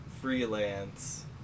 Freelance